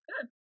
good